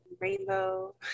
rainbow